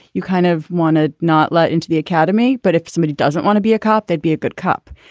you kind of want to not let into the academy but if somebody doesn't want to be a cop they'd be a good cop.